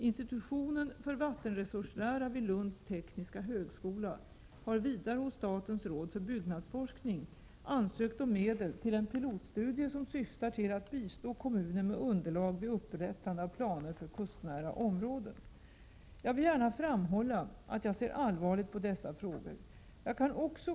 Institutionen för vattenresurslära vid Lunds tekniska högskola har vidare hos statens råd för byggnadsforskning ansökt om medel till en pilotstudie som syftar till att bistå kommuner med underlag vid upprättande av planer för kustnära områden. Jag vill gärna framhålla att jag ser allvarligt på dessa frågor. Jag kan också — Prot.